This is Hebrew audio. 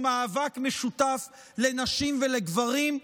הוא מאבק משותף לנשים ולגברים,